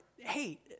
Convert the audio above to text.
Hey